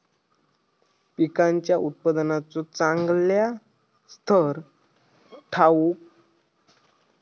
पिकांच्या उत्पादनाचो चांगल्या स्तर ठेऊक रानावर नियंत्रण ठेऊचा लागता